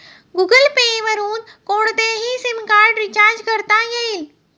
Google Pay वरुन कोणतेही SIM card recharge करता येईल